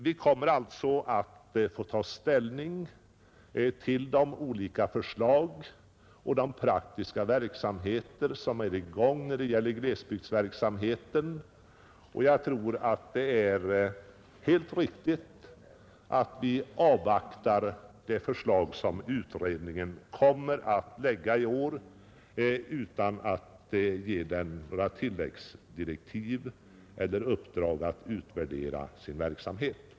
Vi kommer alltså att få ta ställning till utredningens förslag och till resultatet av den praktiska verksamhet som nu pågår i glesbygderna. Jag tror att det är riktigt att vi avvaktar det förslag som utredningen i år kommer att framlägga, utan att ge utredningen några tilläggsdirektiv eller uppdrag att utvärdera sin verksamhet.